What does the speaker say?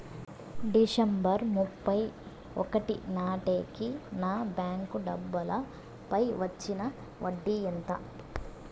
December ముప్పై ఒకటి నాటేకి నా బ్యాంకు డబ్బుల పై వచ్చిన వడ్డీ ఎంత?